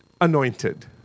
anointed